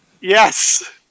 Yes